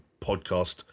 podcast